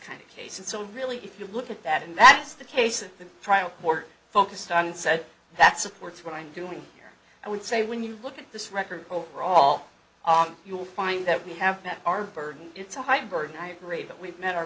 kind of case and so really if you look at that and that's the case of the trial more focused on said that supports what i'm doing here i would say when you look at this record overall on you'll find that we have our burden it's a high burden i agree that we've met our